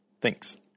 Thanks